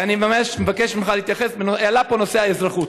ואני ממש מבקש ממך להתייחס: עלה פה נושא האזרחות.